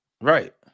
Right